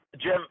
Jim